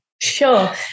Sure